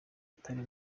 atari